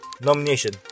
nomination